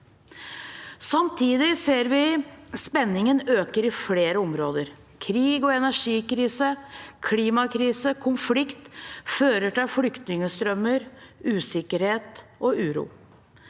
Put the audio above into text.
Samtidig ser vi at spenningen øker i flere områder. Krig og energikrise, klimakrise og konflikt fører til flyktningstrømmer, usikkerhet og uro.